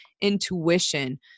intuition